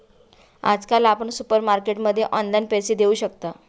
आजकाल आपण सुपरमार्केटमध्ये ऑनलाईन पैसे देऊ शकता